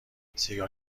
سیگار